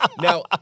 now